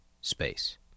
space